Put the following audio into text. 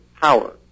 power